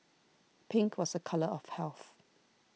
pink was a colour of health